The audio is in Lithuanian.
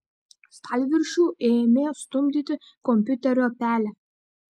stalviršiu ėmė stumdyti kompiuterio pelę